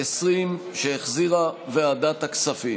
ההפגנות.